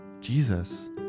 Jesus